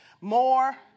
more